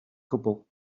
cwbl